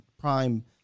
prime